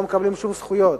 לא מקבלים שום זכויות,